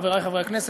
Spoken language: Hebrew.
חברי חברי הכנסת,